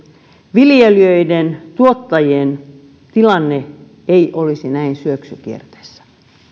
viljelijöiden ja tuottajien tilanne ei olisi näin syöksykierteessä